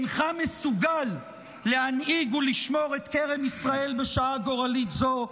אינך מסוגל להנהיג ולשמור את כרם ישראל בשעה גורלית זו.